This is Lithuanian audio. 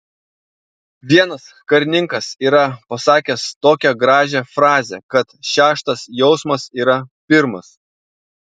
vienas karininkas yra pasakęs tokią gražią frazę kad šeštas jausmas yra pirmas